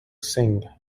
singh